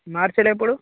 మార్చిలో ఎప్పుడు